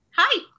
Hi